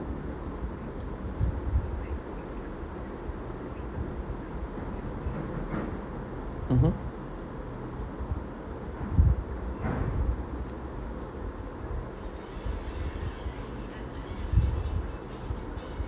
mmhmm